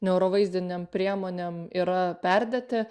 neurovaizdinėm priemonėm yra perdėti